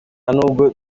n’ubwo